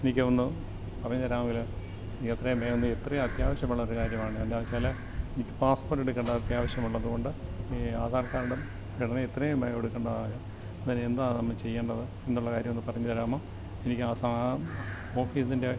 എനിക്കതൊന്ന് പറഞ്ഞു തരാമെങ്കിൽ എനിക്കത്രേയും വേഗം പോയി എത്രേം അത്യാവശ്യമുള്ളൊരു കാര്യമാണ് എന്താന്ന് വെച്ചാൽ എനിക്ക് പാസ്പോർട്ട് എടുക്കേണ്ട അത്യാവശ്യം ഉള്ളതുകൊണ്ട് ഈ അധാർ കാർഡ് ഉടനെ എത്രയും വേഗം എടുക്കേണ്ടതാണ് അതിനു എന്താണ് നമ്മൾ ചെയ്യേണ്ടത് എന്നുള്ള കാര്യം ഒന്ന് പറഞ്ഞു തരാമോ എനിക്ക് ആ സാഥ് ഓഫീസിൻ്റെ